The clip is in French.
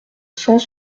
cent